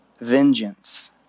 vengeance